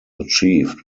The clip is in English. achieved